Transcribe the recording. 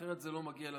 אחרת זה לא מגיע למליאה.